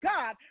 God